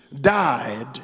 died